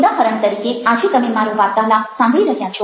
ઉદાહરણ તરીકે આજે તમે મારો વાર્તાલાપ સાંભળી રહ્યા છો